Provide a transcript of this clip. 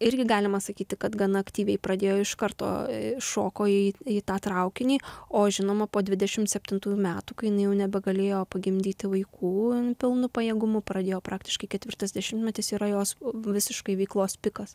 irgi galima sakyti kad gana aktyviai pradėjo iš karto šoko į tą traukinį o žinoma po dvidešimt septintųjų metų kai jinai jau nebegalėjo pagimdyti vaikų pilnu pajėgumu pradėjo praktiškai ketvirtas dešimtmetis yra jos visiškai veiklos pikas